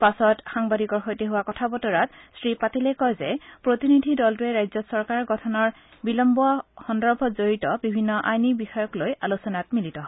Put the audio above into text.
পাছত সাংবাদিকৰ সৈতে হোৱা কথাবতৰাত শ্ৰীপাটিলে কয় যে প্ৰতিনিধি দলটোৱে ৰাজ্যত চৰকাৰ গঠনৰ বিলম্ব সন্দৰ্ভত জড়িত বিভিন্ন আইনী বিষয়ক লৈ আলোচনাত মিলিত হয়